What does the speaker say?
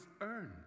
earned